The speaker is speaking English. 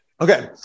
Okay